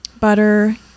butter